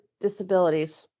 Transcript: disabilities